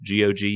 gog